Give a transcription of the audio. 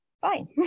fine